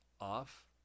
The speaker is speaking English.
off